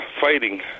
fighting